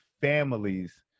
families